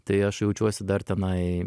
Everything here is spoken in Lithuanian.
tai aš jaučiuosi dar tenai